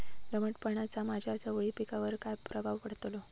दमटपणाचा माझ्या चवळी पिकावर काय प्रभाव पडतलो?